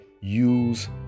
use